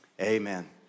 amen